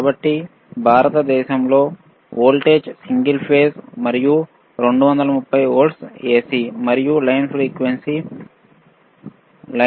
కాబట్టి భారతదేశంలో voltage single phase మరియు 230 వోల్ట్ల AC మరియు లైన్ ఫ్రీక్వెన్సీ 50 హెర్జ్